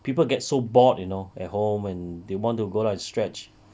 people get so bored you know at home and they want to go out and stretch